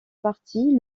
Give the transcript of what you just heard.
partie